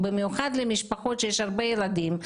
במיוחד למשפחות שיש להן הרבה ילדים.